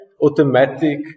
automatic